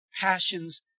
passions